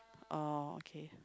oh okay